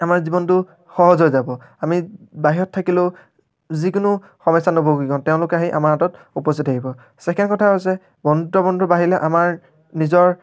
আমাৰ জীৱনটো সহজ হৈ যাব আমি বাহিৰত থাকিলেও যিকোনো সমস্যাত নুভুগিব তেওঁলোক আহি আমাৰ হাতত উপস্থিত থাকিব ছেকেণ্ড কথা হৈছে বন্ধুত্ব বন্ধু বাঢ়িলে আমাৰ নিজৰ